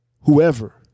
whoever